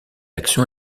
action